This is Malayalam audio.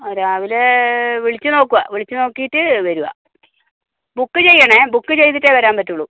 ആ രാവിലെ വിളിച്ച് നോക്കുക വിളിച്ച് നോക്കിയിട്ട് വരിക ബുക്ക് ചെയ്യണേ ബുക്ക് ചെയ്തിട്ടേ വരാൻ പറ്റത്തുള്ളൂ